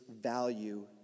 value